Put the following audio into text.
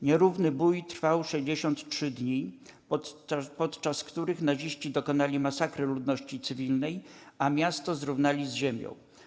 Nierówny bój trwał 63 dni, podczas których naziści dokonali masakry ludności cywilnej, a miasto zrównali z ziemią.